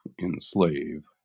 enslave